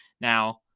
Now